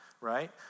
right